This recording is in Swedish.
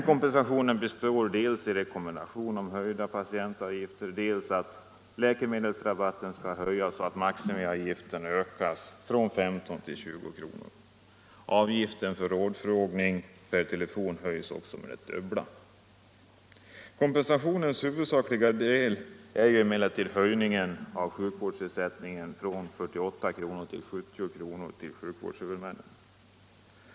Kompensationens huvudsakliga del är emellertid höjning av sjukvårdsersättningen till sjukvårdshuvudmännen från 48 kr. till 70 kr.